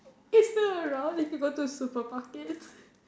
it's still around if you go to supermarkets